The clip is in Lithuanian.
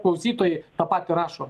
klausytojai apako rašo